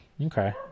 Okay